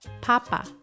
Papa